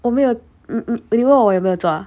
oh 没有你问我有没有做 ah